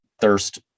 thirst